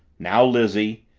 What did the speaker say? now, lizzie,